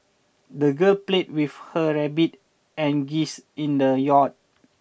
the girl played with her rabbit and geese in the yard